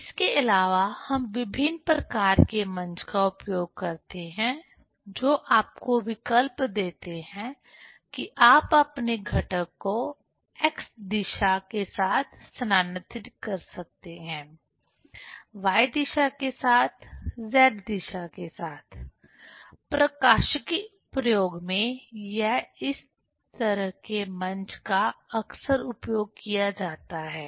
इसके अलावा हम विभिन्न प्रकार के मंच का उपयोग करते हैं जो आपको विकल्प देते हैं कि आप अपने घटक को x दिशा के साथ स्थानांतरित कर सकते हैं y दिशा के साथ Z दिशा के साथ प्रकाशिकी प्रयोग में इस तरह के मंच का अक्सर उपयोग किया जाता है